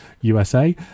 USA